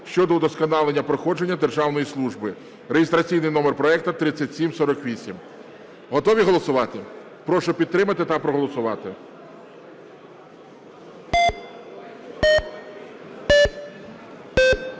щодо удосконалення проходження державної служби (реєстраційний номер проекту 3748). Готові голосувати? Прошу підтримати та проголосувати.